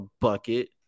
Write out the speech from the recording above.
bucket